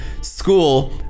school